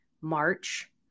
March